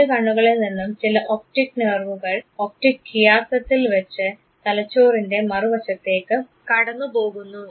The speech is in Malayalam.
രണ്ട് കണ്ണുകളിൽ നിന്നും ചില ഒപ്ടിക് നേർവുകൾ ഒപ്ടിക് കിയാസത്തിൽ വച്ച് തലച്ചോറിൻറെ മറുവശത്തേക്ക് കടന്നുപോകുന്നു